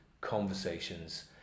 conversations